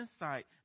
insight